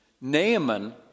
Naaman